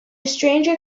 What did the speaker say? stranger